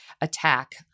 attack